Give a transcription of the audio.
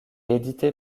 édité